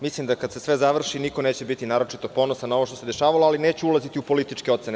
Mislim da kada se sve završi niko neće biti naročito ponosan na ovo što se dešavalo, ali neću ulaziti u političke ocene.